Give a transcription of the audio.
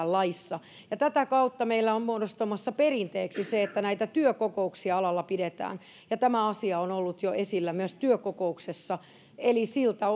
laissa tätä kautta meillä on muodostumassa perinteeksi se että näitä työkokouksia alalla pidetään ja tämä asia on ollut jo esillä myös työkokouksessa eli siltä